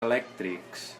elèctrics